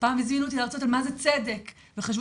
פעם הזמינו אותי להרצות על מה זה צדק וחשבו